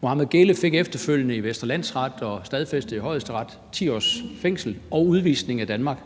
Mohammed Geele blev efterfølgende i Vestre Landsret, hvilket blev stadfæstet i Højesteret, idømt 10 års fængsel og udvisning af Danmark.